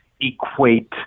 equate